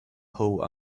pool